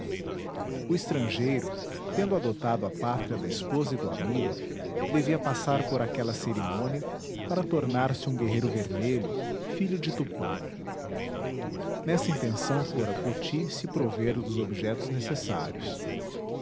o estrangeiro tendo adotado a pátria da esposa e do amigo devia passar por aquela cerimônia para tornar-se um guerreiro vermelho filho de tupã nessa intenção fora poti se prover dos objetos necessários